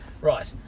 right